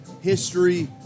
history